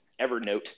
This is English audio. Evernote